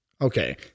Okay